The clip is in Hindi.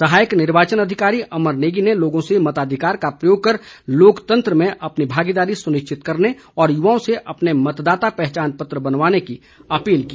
सहायक निर्वाचन अधिकारी अमर नेगी ने लोगों से मताधिकार का प्रयोग कर लोकतंत्र में अपनी भागीदारी सुनिश्चित करने और युवाओं से अपने मतदाता पहचान पत्र बनवाने की अपील की